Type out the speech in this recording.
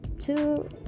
two